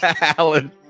Alan